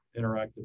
interactive